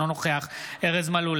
אינו נוכח ארז מלול,